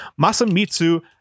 Masamitsu